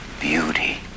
beauty